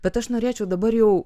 bet aš norėčiau dabar jau